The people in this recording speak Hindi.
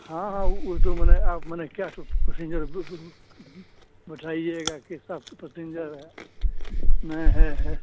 हाँ हाँ वह जो माने आप माने कितना पैसेन्जर बिठाइएगा किसका पैसेन्जर है नहीं है है